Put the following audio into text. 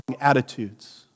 attitudes